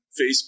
Facebook